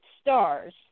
stars